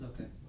okay